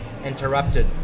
interrupted